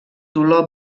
dolor